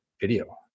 video